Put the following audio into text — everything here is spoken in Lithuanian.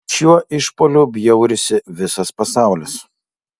šiuo išpuoliu bjaurisi visas pasaulis